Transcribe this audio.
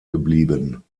geblieben